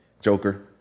Joker